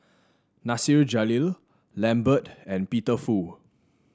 Nasir Jalil Lambert and Peter Fu